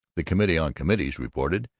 the committee on committees reported,